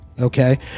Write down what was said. Okay